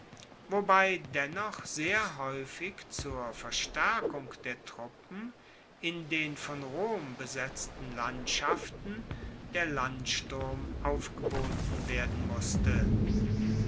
wobei dennoch sehr haeufig zur verstaerkung der truppen in den von rom besetzten landschaften der landsturm aufgeboten werden musste